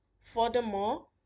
Furthermore